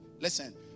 listen